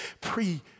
pre-